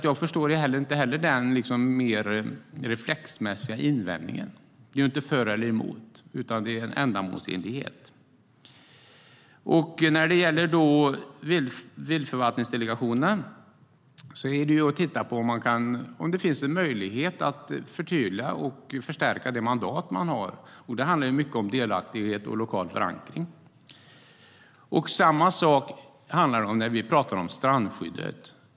Jag förstår inte heller den mer reflexmässiga invändningen. Det handlar inte om för eller emot, utan det avgörande är ändamålsenligheten. Samma sak gäller strandskyddet.